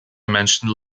mentioned